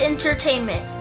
entertainment